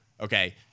okay